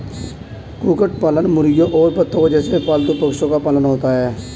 कुक्कुट पालन मुर्गियों और बत्तखों जैसे पालतू पक्षियों का पालन होता है